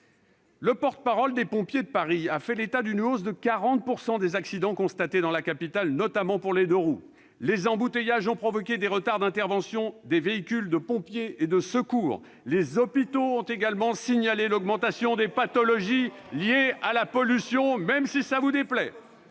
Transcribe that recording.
Le porte-parole des sapeurs-pompiers de Paris a fait état d'une hausse de 40 % des accidents constatés dans la capitale, notamment pour les deux-roues. Les embouteillages ont provoqué des retards d'intervention des véhicules de pompiers et de secours. C'est la faute des grévistes ? Les hôpitaux ont également signalé l'augmentation des pathologies liées à la pollution et une baisse